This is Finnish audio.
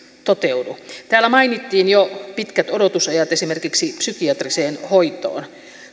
toteudu täällä mainittiin jo pitkät odotusajat esimerkiksi psykiatriseen hoitoon